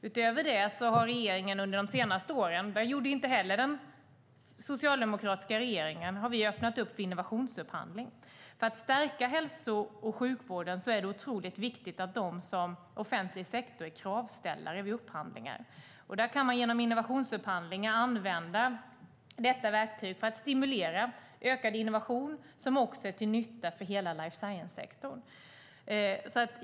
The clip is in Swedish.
Utöver detta har regeringen under de senaste åren - vilket inte den socialdemokratiska regeringen gjorde - öppnat för innovationsupphandling. För att stärka hälso och sjukvården är det otroligt viktigt att offentlig sektor är kravställare vid upphandlingar. Genom innovationsupphandling kan vi använda verktyget för att stimulera ökad innovation som också är till nytta för hela life science-sektorn.